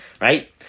right